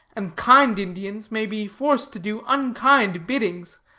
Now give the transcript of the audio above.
and kind indians may be forced to do unkind biddings.